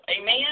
Amen